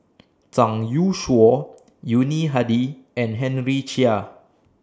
Zhang Youshuo Yuni Hadi and Henry Chia